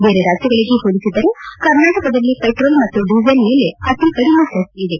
ಬೇರೆ ರಾಜ್ಯಗಳಿಗೆ ಹೋಲಿಸಿದರೆ ಕರ್ನಾಟಕದಲ್ಲಿ ಪೆಟ್ರೋಲ್ ಮತ್ತು ಡೀಸೆಲ್ ಮೇಲ ಅತಿ ಕಡಿಮೆ ಸೆಸ್ ಇದೆ